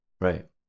Right